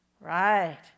Right